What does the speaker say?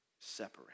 separate